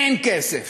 אין כסף.